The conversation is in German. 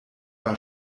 war